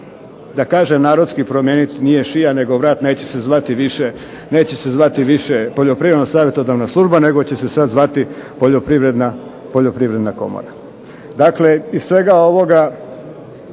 da kažem narodski promijeniti nije šija, nego vrat, neće se zvati više poljoprivredno-savjetodavna služba, nego će se sad zvati poljoprivredna komora. Dakle iz svega ovoga